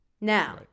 now